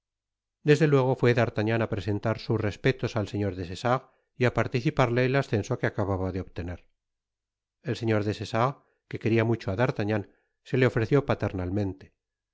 desde luego fué d'artagnan á presentar sus respetos al señor des essarts y participarle el ascenso que acababa de obtener el señor des essarts que quería mucho á d'artagnan se le ofreció pater